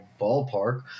ballpark